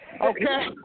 okay